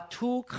two